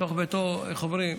בתוך ביתו, איך אומרים,